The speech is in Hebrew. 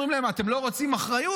אומרים להם: אתם לא רוצים אחריות,